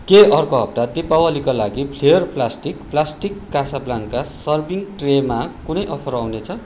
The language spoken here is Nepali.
के अर्को हप्ता दीपावलीका लागि Flair plastic plastic Casa Blanca serving ट्रेमा कुनै अफर आउनेछ